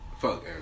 Fuck